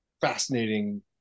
fascinating